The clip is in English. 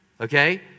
okay